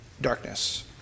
darkness